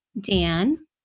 Dan